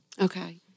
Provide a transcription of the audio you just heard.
Okay